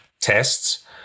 tests